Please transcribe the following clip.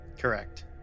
Correct